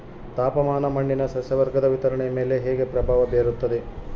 ತಾಪಮಾನ ಮಣ್ಣಿನ ಸಸ್ಯವರ್ಗದ ವಿತರಣೆಯ ಮೇಲೆ ಹೇಗೆ ಪ್ರಭಾವ ಬೇರುತ್ತದೆ?